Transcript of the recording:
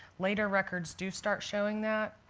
later records do start showing that.